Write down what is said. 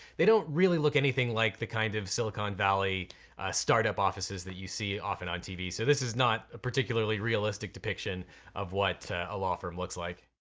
they don't really look anything like the kind of silicon valley start-up offices that you see often on tv, so this is not a particularly realistic depiction of what a law firm looks like.